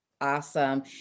Awesome